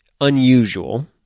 unusual